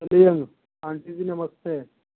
चलिए आँटी जी नमस्ते